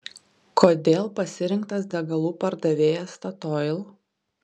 kodėl pasirinktas degalų pardavėjas statoil